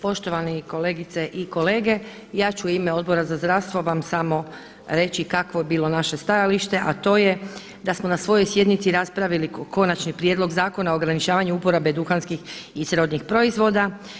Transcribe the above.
Poštovani kolegice i kolege, ja ću u ime Odbora za zdravstvo vam samo reći kakvo je bilo naše stajalište, a to je da smo na svojoj sjednici raspravili Konačni prijedlog zakona o ograničavanju uporabe duhanskih i srodnih proizvoda.